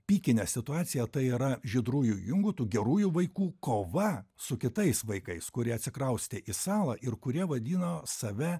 pikinė situacija tai yra žydrųjų jungų tų gerųjų vaikų kova su kitais vaikais kurie atsikraustė į salą ir kurie vadino save